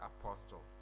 apostle